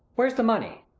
where's the money?